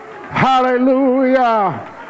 hallelujah